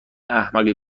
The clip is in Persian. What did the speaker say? احمق